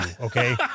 okay